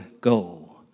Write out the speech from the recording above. go